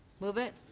move it?